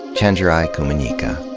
chenjerai kumanyika.